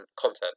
content